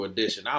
Edition